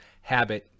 habit –